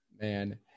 Man